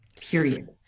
period